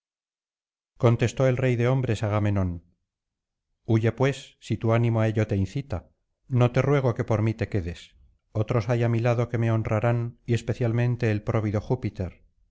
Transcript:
contestó el rey de hombres agamenón huye pues si tu ánimo á ello te incita no te ruego que por mí te quedes otros hay á mi lado que me honrarán y especialmente el próvido júpiter